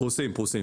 פרוסים.